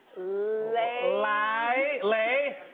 lay lie. lay.